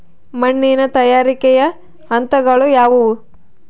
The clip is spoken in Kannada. ಮಣ್ಣಿನ ತಯಾರಿಕೆಯ ಹಂತಗಳು ಯಾವುವು?